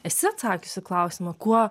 esi atsakiusi į klausimą kuo